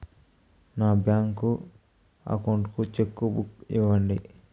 నా bank account కు cheque book ఇవ్వండి